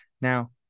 Now